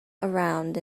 around